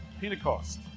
Pentecost